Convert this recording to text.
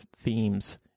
themes